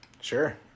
Sure